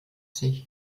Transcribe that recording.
sich